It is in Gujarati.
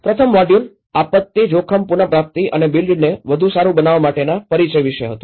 પ્રથમ મોડ્યુલ આપત્તિ જોખમ પુનપ્રાપ્તિ અને બિલ્ડને વધુ સારું બનાવવા માટેના પરિચય વિશે હતું